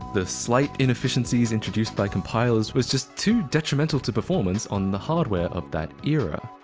the slight inefficiencies introduced by compilers was just too detrimental to performance on the hardware of that era.